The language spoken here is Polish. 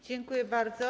Dziękuję bardzo.